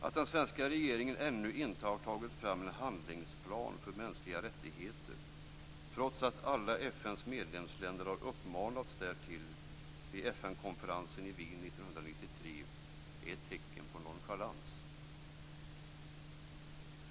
Att den svenska regeringen ännu inte har tagit fram en handlingsplan för mänskliga rättigheter trots att alla FN:s medlemsländer har uppmanats därtill vid FN-konferensen i Wien 1993 är ett tecken på nonchalans.